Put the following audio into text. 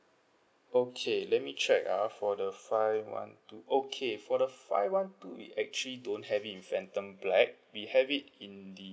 okay let me check ah for the five one two okay for the five one two we actually don't have it in phantom black we have it in the